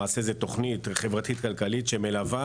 למעשה זוהי תכנית חברתית כלכלית שמלווה